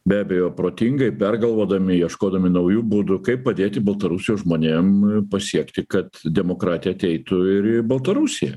be abejo protingai pergalvodami ieškodami naujų būdų kaip padėti baltarusijos žmonėm pasiekti kad demokratija ateitų ir į baltarusiją